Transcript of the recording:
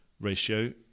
ratio